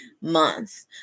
month